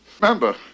Remember